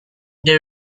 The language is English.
the